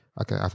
Okay